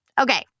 Okay